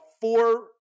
four